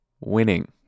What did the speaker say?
winning